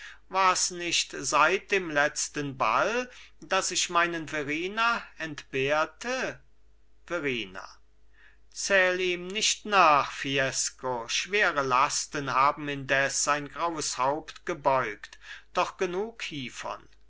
wars nicht seit dem letzten ball daß ich meinen verrina entbehrte verrina zähl ihm nicht nach fiesco schwere lasten haben indes sein graues haupt gebeugt doch genug hievon